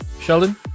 Sheldon